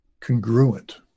congruent